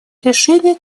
решения